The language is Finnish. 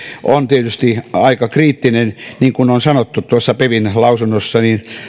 on tietysti aika kriittinen niin kuin on sanottu pevin lausunnossa